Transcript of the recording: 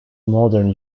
modern